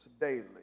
daily